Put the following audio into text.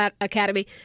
academy